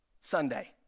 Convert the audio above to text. Sunday